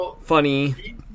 funny